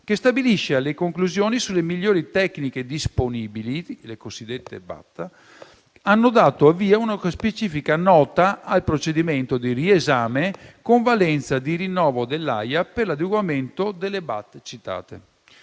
che stabilisce le conclusioni sulle migliori tecniche disponibili (le cosiddette BAT), hanno dato avvio a una specifica nota al procedimento di riesame con valenza di rinnovo dell'AIA per l'adeguamento delle BAT citate.